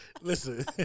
Listen